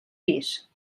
pis